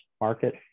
market